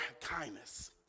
kindness